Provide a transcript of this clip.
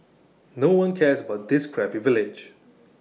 no one cares about this crappy village